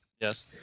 Yes